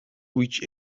which